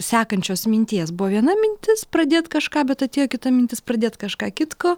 sekančios minties buvo viena mintis pradėt kažką bet atėjo kita mintis pradėt kažką kitko